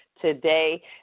today